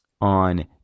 on